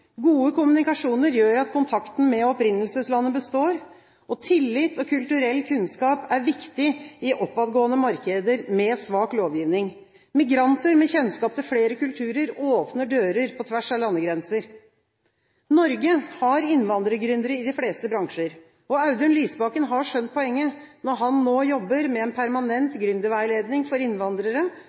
Gode kommunikasjoner gjør at kontakten med opprinnelseslandet består. Tillit og kulturell kunnskap er viktig i oppadgående markeder med svak lovgivning. Migranter med kjennskap til flere kulturer åpner dører på tvers av landegrenser. Norge har innvandrergründere i de fleste bransjer. Audun Lysbakken har skjønt poenget, når han nå jobber med en permanent gründerveiledning for innvandrere,